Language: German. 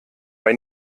bei